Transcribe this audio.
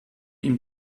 ihm